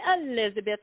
Elizabeth